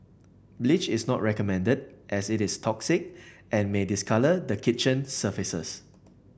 bleach is not recommended as it is toxic and may discolour the kitchen surfaces